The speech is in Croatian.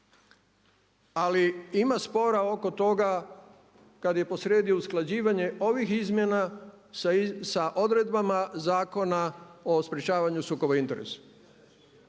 Ali ima spora oko toga kada je posrijedi usklađivanje ovih izmjena sa odredbama Zakona o sprječavanju sukoba interesa.